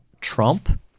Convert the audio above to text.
Trump